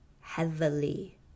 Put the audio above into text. Heavily